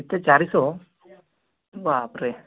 କେତେ ଚାରିଶହ ବାପ୍ରେ